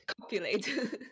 Copulate